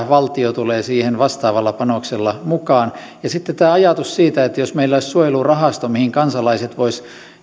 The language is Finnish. valtio tulee siihen vastaavalla panoksella mukaan ja sitten tämä ajatus siitä että meillä olisi suojelurahasto mihin kansalaiset